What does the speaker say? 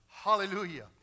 Hallelujah